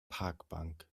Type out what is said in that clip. parkbank